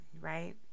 right